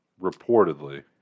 reportedly